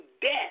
death